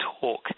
talk